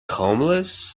homeless